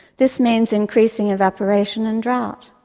this means increasing evaporation and drought.